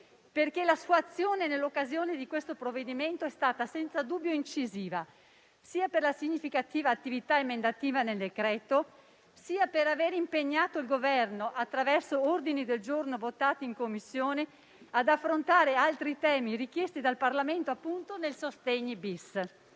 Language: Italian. perché la sua azione, in occasione di questo provvedimento, è stata senza dubbio incisiva, sia per la significativa attività emendativa al testo del disegno di legge, sia per aver impegnato il Governo, attraverso ordini del giorno votati in Commissione, ad affrontare altri temi richiesti dal Parlamento nel decreto sostegni-